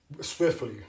swiftly